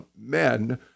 men